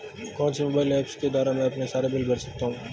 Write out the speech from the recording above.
कौनसे mobile apps के द्वारा मैं अपने सारे बिल भर सकता हूं?